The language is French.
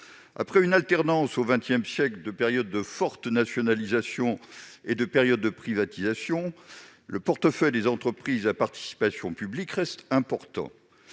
Après une alternance, au XX siècle, de périodes de fortes nationalisations et de périodes de privatisations, le portefeuille des entreprises à participation publique reste important.